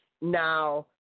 Now